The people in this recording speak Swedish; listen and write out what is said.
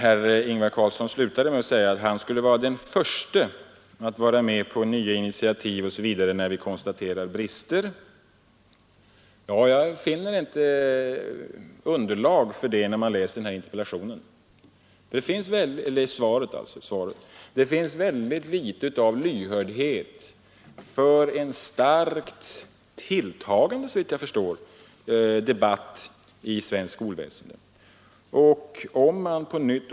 Herr Ingvar Carlsson slutar med att säga att han skulle vara den förste att vara med på nya initiativ när vi konstaterar brister. Jag finner inte underlag för det uttalandet i interpellationssvaret. Där fanns väldigt litet av lyhördhet för en starkt tilltagande kritisk debatt om skolväsendet.